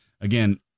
again